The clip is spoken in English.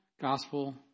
gospel